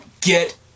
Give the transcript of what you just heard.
Get